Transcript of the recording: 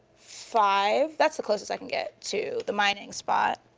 five. that's the closest i can get to the mining spot.